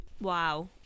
wow